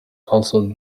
also